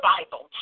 Bible